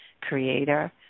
creator